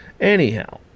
Anyhow